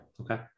Okay